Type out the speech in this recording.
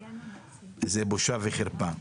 זה בושה וחרפה.